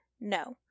No